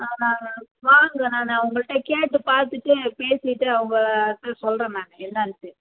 ஆ நாங்கள் வாங்க நான் அவங்கள்ட்ட கேட்டு பார்த்துட்டு பேசிட்டு அவங்கக்கிட்ட சொல்கிறேன் நான் என்னன்ட்டு